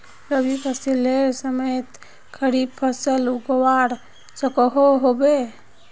रवि फसलेर समयेत खरीफ फसल उगवार सकोहो होबे?